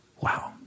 wow